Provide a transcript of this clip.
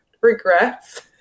regrets